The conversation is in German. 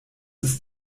ist